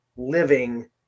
living